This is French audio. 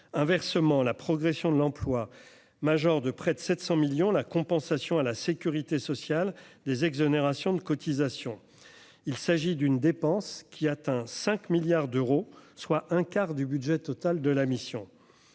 inversement la progression de l'emploi, major de près de 700 millions la compensation à la sécurité sociale des exonérations de cotisations, il s'agit d'une dépense qui atteint 5 milliards d'euros, soit un quart du budget total de la mission,